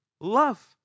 Love